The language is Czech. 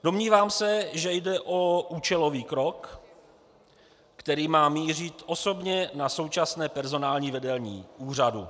Domnívám se, že jde o účelový krok, který má mířit osobně na současné personální vedení úřadu.